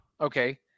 Okay